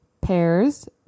Pears